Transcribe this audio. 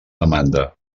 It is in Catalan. demanda